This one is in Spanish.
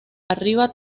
arriba